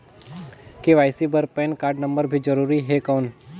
KYC बर PAN card नम्बर भी जरूरी हे कौन?